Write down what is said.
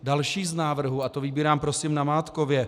Další z návrhů a to vybírám prosím namátkově.